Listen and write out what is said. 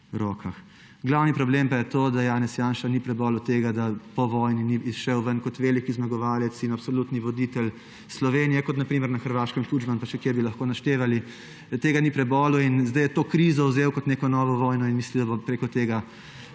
rokah. Glavni problem pa je to, da Janez Janša ni prebolel tega, da po vojni ni izšel kot veliki zmagovalec in absolutni voditelj Slovenije, kot na primer na Hrvaškem Tuđman pa še kje bi lahko naštevali. Tega ni prebolel in zdaj je to krizo vzel kot neko novo vojno in misli, da bo preko tega